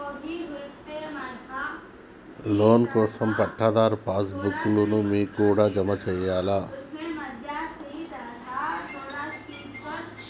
Loan కోసం పట్టాదారు passbook లు మీ కాడా జమ చేయల్నా?